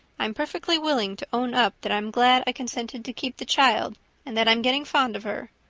i'm perfectly willing to own up that i'm glad i consented to keep the child and that i'm getting fond of her,